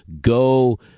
Go